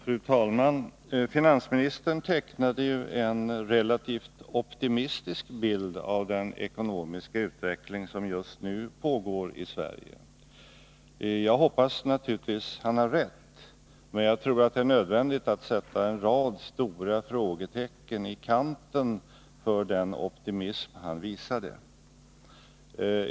Fru talman! Finansministern tecknade en relativt optimistisk bild av den ekonomiska utveckling som just nu pågår i Sverige. Jag hoppas naturligtvis att han har rätt, men jag tror att det är nödvändigt att sätta upp en rad stora frågetecken i kanten för den optimism han visat.